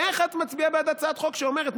איך את מצביעה בעד הצעת חוק שאומרת,